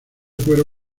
cuero